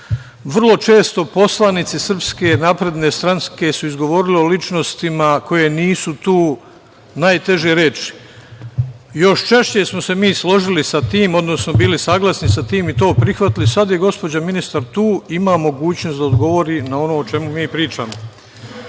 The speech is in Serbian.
često poslanici SNS su govorile o ličnostima koje nisu tu najteže reči. Još češće smo se mi složili sa tim, odnosno bili saglasni sa tim i to prihvatili. Sada je gospođa ministar tu i ima mogućnost da odgovori na ono o čemu mi pričamo. Moram